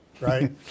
Right